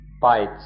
bites